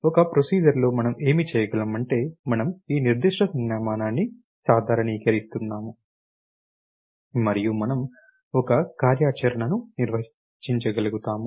ఒక ప్రొసీజర్ లో మనం ఏమి చేయగలం అంటే మనము ఈ నిర్దిష్ట సంజ్ఞామానాన్ని సాధారణీకరిస్తున్నాము మరియు మనము ఒక కార్యాచరణను నిర్వచించగలుగుతాము